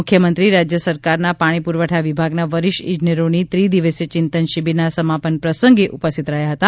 મુખ્યમંત્રી રાજ્ય સરકારના પાણી પૂરવઠા વિભાગના વરિષ્ઠ ઇજનેરોની ત્રિ દિવસીય ચિંતન શિબિરના સમાપન પ્રસંગે ઉપસ્થિત રહ્યા હતા